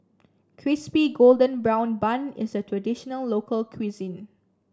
Crispy Golden Brown Bun is a traditional local cuisine